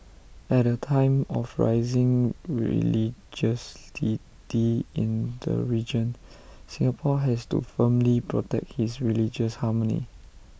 at A time of rising religiosity in the region Singapore has to firmly protect his religious harmony